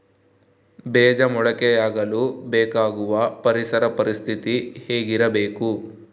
ಬೇಜ ಮೊಳಕೆಯಾಗಲು ಬೇಕಾಗುವ ಪರಿಸರ ಪರಿಸ್ಥಿತಿ ಹೇಗಿರಬೇಕು?